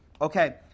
Okay